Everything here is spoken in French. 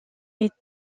est